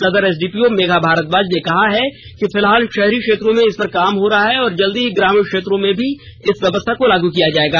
सदर एसडीओ मेघा भारद्वाज ने कहा है कि फिलहाल शहरी क्षेत्रों में इस पर काम हो रहा है और जल्द ही ग्रामीण क्षेत्रों में भी इस व्यवस्था को लागू किया जायेगा